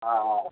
ஆ ஆ